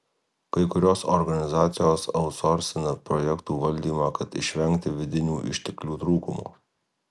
kai kurios organizacijos autsorsina projektų valdymą kad išvengti vidinių išteklių trūkumo